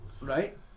Right